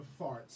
farts